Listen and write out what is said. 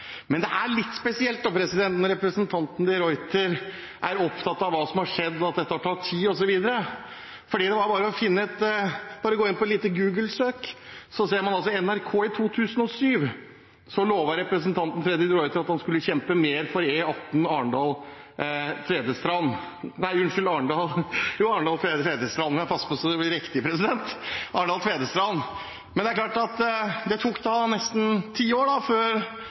Men det er litt spesielt når representanten de Ruiter er opptatt av hva som har skjedd, og at dette har tatt tid, osv., for det er bare å gå inn på et lite Google-søk, så ser man at i NRK i 2007 lovde representanten de Ruiter at han skulle kjempe mer for E18 Arendal–Tvedestrand. Men det tok nesten ti år før